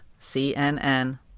CNN